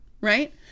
right